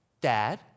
Dad